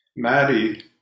Maddie